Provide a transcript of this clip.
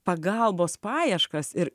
pagalbos paieškas ir